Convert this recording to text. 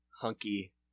hunky